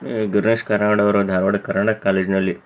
ಗಿರೀಶ್ ಕಾರ್ನಾಡ್ ಅವರು ಧಾರವಾಡ ಕರ್ನಾಟಕ ಕಾಲೇಜ್ನಲ್ಲಿ